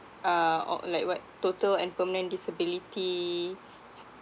uh or like what total and permanent disability